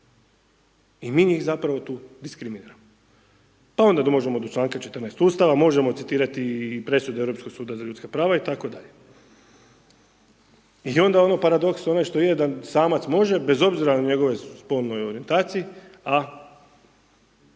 i mi njih tu zapravo diskriminiramo. Pa onda možemo do čl. 14. Ustava, možemo citirati i presude Europskog suda za ljudska prava itd. i onda ono paradoks onaj što je da samac može, bez obzira na njegovoj spolnoj orijentaciji, a